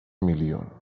میلیون